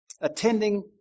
attending